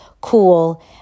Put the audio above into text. cool